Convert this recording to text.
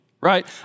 right